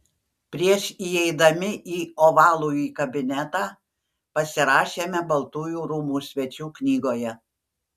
prieš įeidami į ovalųjį kabinetą pasirašėme baltųjų rūmų svečių knygoje